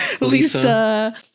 Lisa